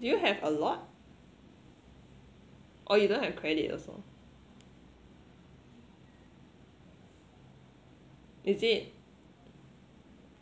do you have a lot oh you don't have credit also is it